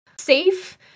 safe